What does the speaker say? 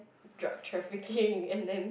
drug trafficking and then